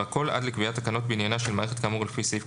והכול עד לקביעת תקנות בעניינה של מערכת כאמור לפי סעיף